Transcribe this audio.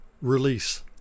Release